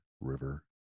River